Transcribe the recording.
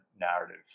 narrative